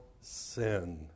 sin